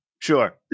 Sure